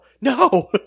No